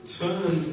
turn